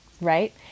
right